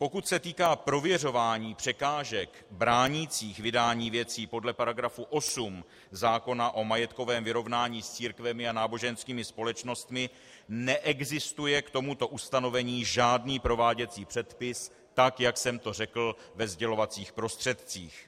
Pokud se týká prověřování překážek bránících vydání věcí podle § 8 zákona o majetkovém vyrovnání s církvemi a náboženskými společnostmi, neexistuje k tomuto ustanovení žádný prováděcí předpis, tak jak jsem to řekl ve sdělovacích prostředcích.